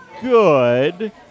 good